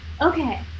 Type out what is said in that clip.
okay